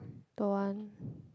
don't want